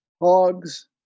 hogs